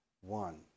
one